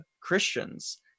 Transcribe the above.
Christians